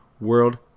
World